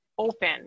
open